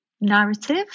narrative